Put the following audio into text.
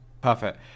Perfect